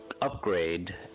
upgrade